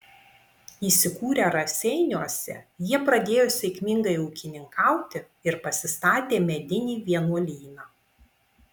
įsikūrę raseiniuose jie pradėjo sėkmingai ūkininkauti ir pasistatė medinį vienuolyną